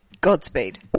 Godspeed